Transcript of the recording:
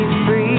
free